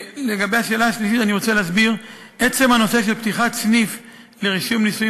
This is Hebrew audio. לגבי השאלה השלישית אני רוצה להסביר: עצם פתיחת סניף לרישום נישואים